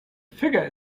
figure